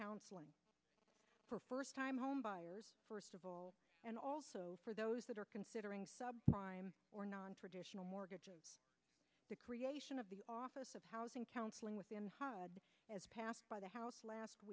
counseling for first time homebuyers first of all and also for those that are considering sub prime or nontraditional mortgages the creation of the office of housing counseling with as passed by the house last